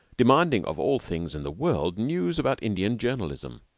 demanding of all things in the world news about indian journalism.